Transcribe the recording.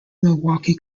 milwaukee